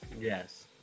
Yes